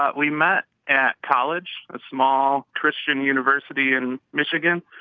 but we met at college, a small christian university in michigan.